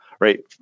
right